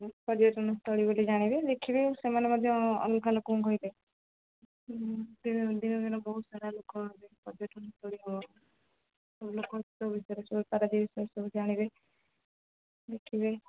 ପର୍ଯ୍ୟଟନସ୍ଥଳୀ ବୋଲି ଜାଣିବେ ଦେଖିବେ ଆଉ ସେମାନେ ମଧ୍ୟ ଅଲଗା ଲୋକଙ୍କୁ କହିବେ ଦିନ ଦିନ ବହୁତ ସାରା ଲୋକ ପର୍ଯ୍ୟଟନସ୍ଥଳୀ ହେବ ଲୋକ ସବୁ ବିଷୟରେ ସବୁ ପାରାଦ୍ୱୀପ ବିଷୟରେ ସବୁ ଜାଣିବେ ଦେଖିବେ